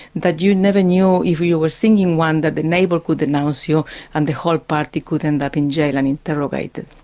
that you never new if you were singing one that the neighbour could denounce you and the whole party could end up in jail and interrogated.